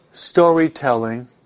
Storytelling